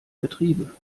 getriebe